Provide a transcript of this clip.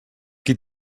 qui